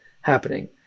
happening